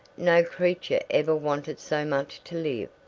no creature ever wanted so much to live.